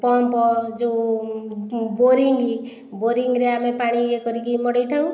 pump ଯେଉଁ boring ବୋରିଂରେ ଆମେ ପାଣି ଇଏ କରିକି ମଡ଼ାଇଥାଉ